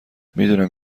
میدونم